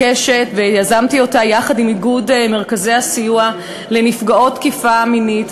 ויזמתי אותה יחד עם איגוד מרכזי הסיוע לנפגעות תקיפה מינית,